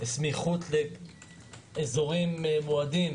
סמיכות לאזורים מועדים.